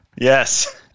Yes